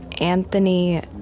Anthony